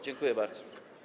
Dziękuję bardzo.